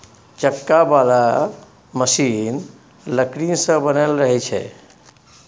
चक्का बला मशीन लकड़ी सँ बनल रहइ छै